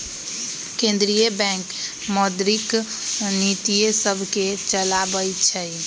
केंद्रीय बैंक मौद्रिक नीतिय सभके चलाबइ छइ